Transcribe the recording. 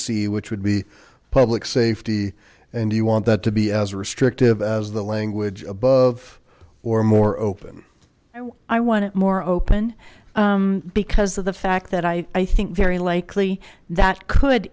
c which would be public safety and you want that to be as restrictive as the language above or more open and i want it more open because of the fact that i i think very likely that could